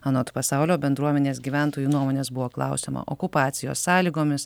anot pasaulio bendruomenės gyventojų nuomonės buvo klausiama okupacijos sąlygomis